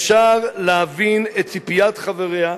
אפשר להבין את ציפיית חבריה,